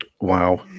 Wow